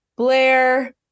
Blair